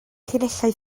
llinellau